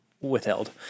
withheld